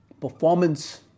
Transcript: performance